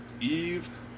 Eve